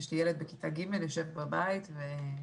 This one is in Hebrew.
יש לי ילד בכיתה ג' שיושב בבית ומחכה